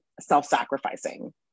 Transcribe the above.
self-sacrificing